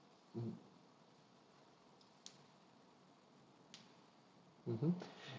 mm mmhmm